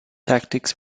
tactics